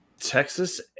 Texas